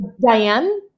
Diane